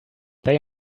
they